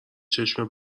چشم